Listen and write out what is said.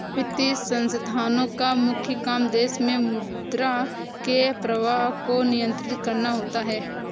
वित्तीय संस्थानोँ का मुख्य काम देश मे मुद्रा के प्रवाह को नियंत्रित करना होता है